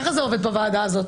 בוועדה הזאת